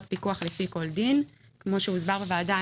פיקוח לפי כל דין." (כמו שהוסבר בוועדה,